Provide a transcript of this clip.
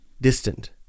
distant